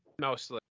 mostly